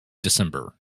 december